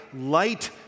light